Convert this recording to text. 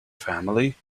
family